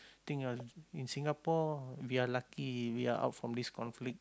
think of in Singapore we are lucky we are out from this conflict